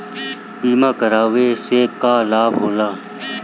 बीमा करावे से का लाभ होला?